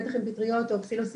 בטח עם פטריות או פסילוציבין,